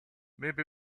maybe